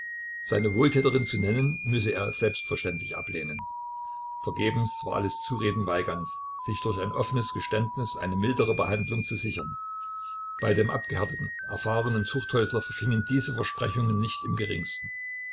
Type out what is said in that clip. seine wohltäterin zu nennen müsse er selbstverständlich ablehnen vergebens war alles zureden weigands sich durch ein offenes geständnis eine mildere behandlung zu sichern bei dem abgehärteten erfahrenen zuchthäusler verfingen diese versprechungen nicht im geringsten